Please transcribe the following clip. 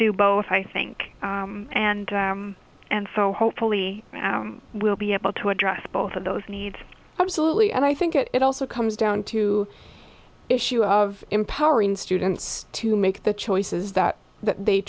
do both i think and and so hopefully we'll be able to address both of those needs absolutely and i think it also comes down to issue of empowering students to make the choices that they